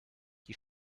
die